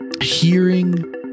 hearing